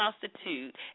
constitute